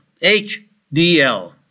HDL